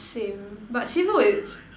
same but seafood is